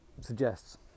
suggests